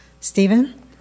Stephen